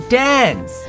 dance